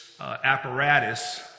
apparatus